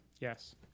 yes